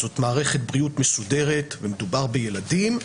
זו מערכת בריאות מסודרת ומדובר בילדים,